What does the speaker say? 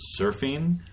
surfing